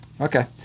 Okay